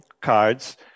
cards